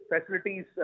facilities